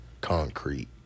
concrete